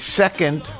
second